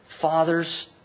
fathers